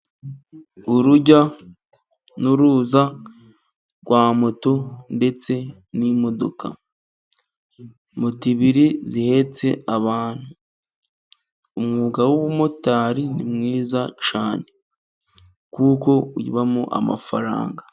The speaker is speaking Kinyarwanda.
Urujya n'uruza rwa moto ndetse n'imodoka, moto ebyiri zihetse abantu , umwuga w'ubumotari ni mwiza cyane, kuko ubamo amafaranga.